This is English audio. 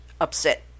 upset